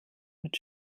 mit